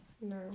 No